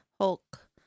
Hulk